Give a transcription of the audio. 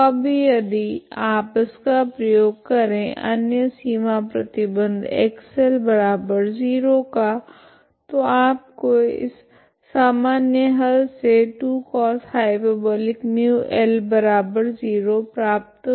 तो अब यदि आप इसका प्रयोग करे अन्य सीमा प्रतिबंध X0 का तो आपको इस सामान्य हल से 2cosh μL0 प्राप्त होता है